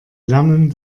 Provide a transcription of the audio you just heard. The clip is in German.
lernen